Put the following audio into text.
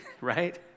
right